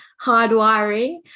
hardwiring